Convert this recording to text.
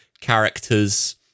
characters